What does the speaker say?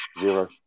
zero